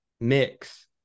mix